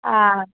आ